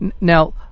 now